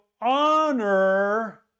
honor